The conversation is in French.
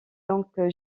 donc